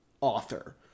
author